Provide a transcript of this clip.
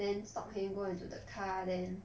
then stop him go into the car then